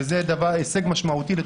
וזה הישג משמעותי.